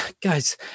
Guys